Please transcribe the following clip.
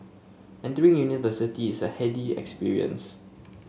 entering university is a heady experience